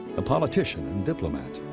a politician and diplomat,